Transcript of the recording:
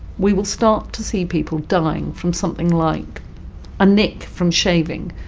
we will start to see people dying from something like a nick from shaving,